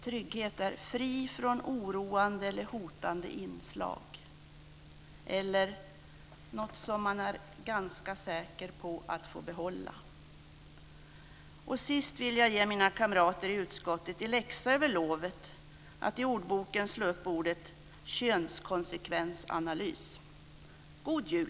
Trygghet är fri från oroande eller hotande inslag eller något som man är ganska säker på att få behålla. Till sist vill jag ge mina kamrater i utskottet i läxa över lovet att i ordboken slå upp ordet könskonsekvensanalys. God jul!